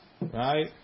right